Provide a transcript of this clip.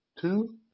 Two